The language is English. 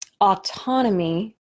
autonomy